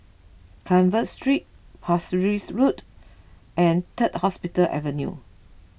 Carver Street Parsi Road and Third Hospital Avenue